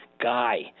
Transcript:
guy